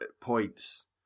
points